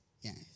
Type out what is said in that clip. Yes